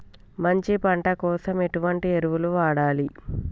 మంచి పంట కోసం ఎటువంటి ఎరువులు వాడాలి?